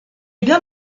bien